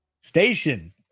Station